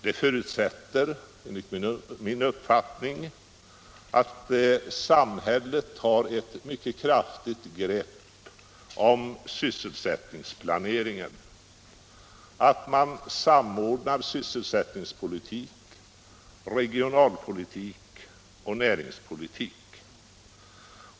Det förutsätter enligt min uppfattning att samhället har ett mycket kraftigt grepp om sysselsättningsplaneringen, att man samordnar sysselsättningspolitik, regionalpolitik och näringspolitik.